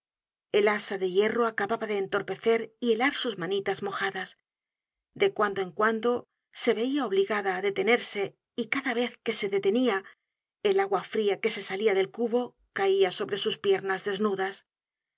el asa de hierro acababa de entorpecer y helar sus manitas mojadas de cuando en cuando se veia obligada á detenerse y cada vez que se detenia el agua fría que se salia del cubo caia sobre sus piernas desnudas